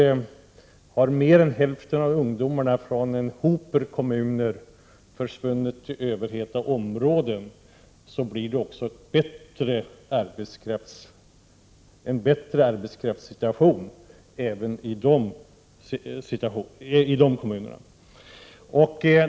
Har mer än hälften av ungdomarna från en mängd kommuner försvunnit till överheta områden, är det klart att det också blir en bättre arbetskraftssituation även i dessa kommuner.